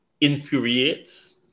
infuriates